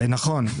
נכון.